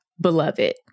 beloved